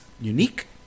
unique